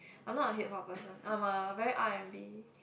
I'm not a Hip-Hop person I'm a very R and B